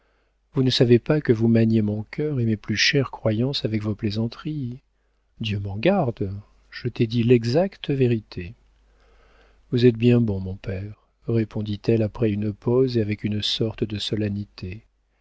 vous ne savez pas que vous maniez mon cœur et mes plus chères croyances avec vos plaisanteries dieu m'en garde je t'ai dit l'exacte vérité vous êtes bien bon mon père répondit-elle après une pause et avec une sorte de solennité